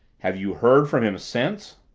have you heard from him since?